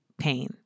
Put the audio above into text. pain